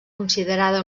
considerada